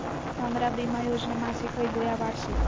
हमर बीमा योजना मासिक हई बोया वार्षिक?